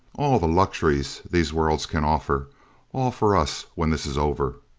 all the luxuries these worlds can offer all for us when this is over.